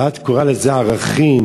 ואת קוראה לזה ערכים,